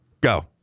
go